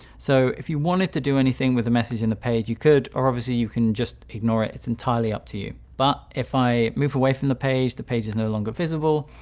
so if you wanted to do anything with the message in the page, you could. or obviously you can just ignore it. it's entirely up to you. but if i move away from the page, the page is no longer visible,